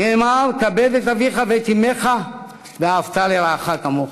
נאמר: "כבד את אביך ואת אמך ואהבת לרעך כמוך".